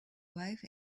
wife